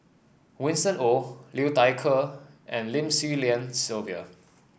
Winston Oh Liu Thai Ker and Lim Swee Lian Sylvia